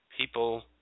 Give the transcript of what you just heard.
people